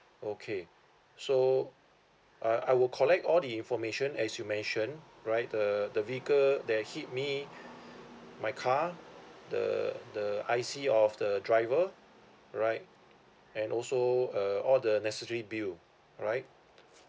okay so I I will collect all the information as you mentioned right the the vehicle that hit me my car the the I_C of the driver right and also uh all the necessary bill right